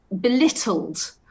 belittled